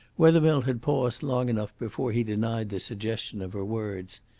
wethermill had paused long enough before he denied the suggestion of her words.